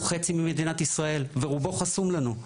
הוא חצי ממדינת ישראל ורובו חסום לנו.